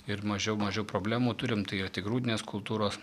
ir mažiau mažiau problemų turim tai yra tik grūdinės kultūros